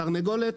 תרנגולת,